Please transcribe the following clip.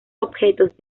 objetos